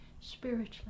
Spiritually